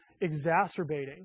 exacerbating